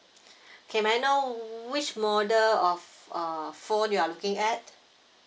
okay may I know which model of uh phone you're looking at